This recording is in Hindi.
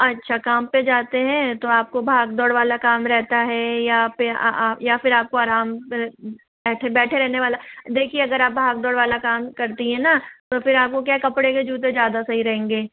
अच्छा काम पर जाते हैं तो आपको भाग दौड़ वाला काम रहता है या फिर या फिर आपको आराम बैठे बैठे रहने वाला देखिए अगर आप भाग दौड़ वाला काम करती हैं न तो फ़िर आपको क्या है कपड़े के जूते ज़्यादा सही रहेंगे